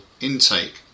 intake